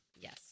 Yes